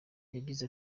yagize